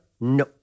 no